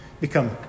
Become